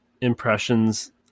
impressions